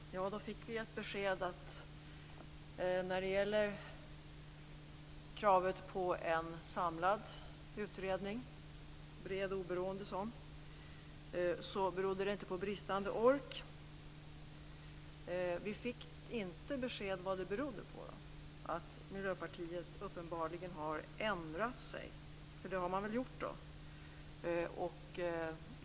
Fru talman! Ja, då fick vi ett besked att det inte beror på bristande ork när det gäller kravet på en bred, samlad och oberoende utredning. Men vi fick inte besked om vad det beror på att Miljöpartiet uppenbarligen har ändrat sig, för det har ni väl gjort.